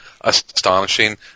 astonishing